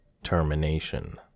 termination